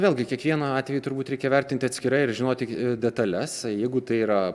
vėlgi kiekvieną atvejį turbūt reikia vertinti atskirai ir žinoti detales jeigu tai yra